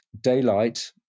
daylight